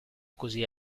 così